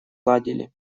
ладили